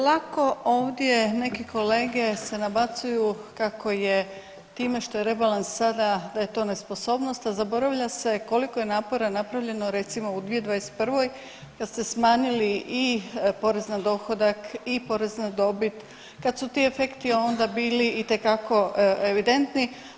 Lako ovdje neki kolege se nabacuju kako je time što je rebalans sada da je to nesposobnost, a zaboravlja se koliko je napora napravljeno recimo u 2021. kad ste smanjili i porez na dohodak i porez na dobit, kad su ti efekti onda bili itekako evidentni.